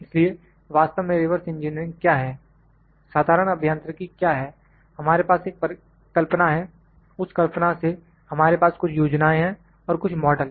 इसलिए वास्तव में रिवर्स इंजीनियरिंग क्या है साधारण अभियांत्रिकी क्या है हमारे पास एक कल्पना है उस कल्पना से हमारे पास कुछ योजनाएं हैं और कुछ मॉडल